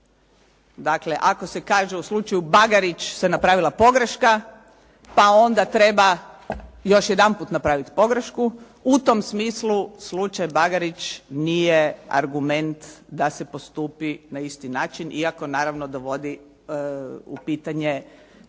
dakle ako se kaže u slučaju Bagarić se napravila pogreška, pa onda treba još jedanput napraviti pogrešku, u tom smislu slučaj Bagarić nije argument da se postupi na isti način, iako naravno dovodi u pitanje